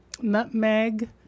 Nutmeg